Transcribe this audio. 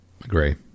agree